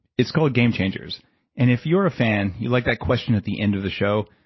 it's called game changers and if you're a fun, you like that question at the end of the show.